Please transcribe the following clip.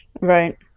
Right